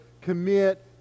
commit